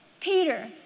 Peter